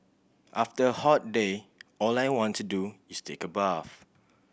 after a hot day all I want to do is take a bath